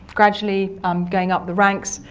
gradually um going up the ranks.